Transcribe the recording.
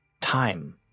Time